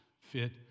fit